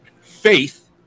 Faith